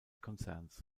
konzerns